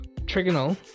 trigonal